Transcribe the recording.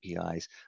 APIs